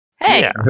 Hey